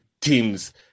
teams